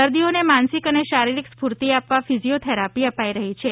દર્દીઓને માનસીક અને શારીરિક સ્કૂર્તિ આપવા ફિજીયોથેરાપી અપાઈ રહી છે